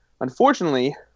Unfortunately